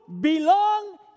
belong